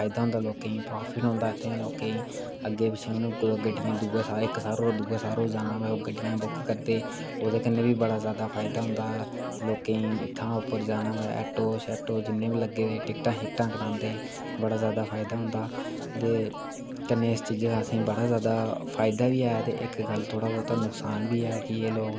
फायदा होंदे लोकें गी प्राफिट होंदा इत्थें दे लोकें गी अग्गैं पिच्छें कुदै उनैं इक थ्हारा दा दुऐ थाह्र जाना होऐ ओह् गड्डियां बुक करदे ओह्दे कन्नै बी बड़ा जादा फायदा होंदा लोकें गी इत्थां दा उप्पर जाना होऐ ऐटो शैटो लग्गे दे टिककां कटांदे बड़ा जादा फायदा होंदा ते कन्नै इस चीजा दा असेंगी बड़ा जादा फायदा बी ऐ ते इक गल्ल थोह्ड़ा बौह्ता नुक्सान बी ऐ कि के लोग